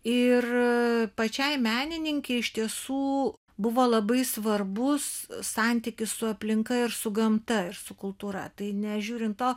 ir pačiai menininkei iš tiesų buvo labai svarbus santykis su aplinka ir su gamta ir su kultūra tai nežiūrint to